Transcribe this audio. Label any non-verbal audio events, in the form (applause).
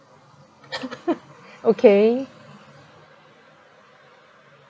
(laughs) okay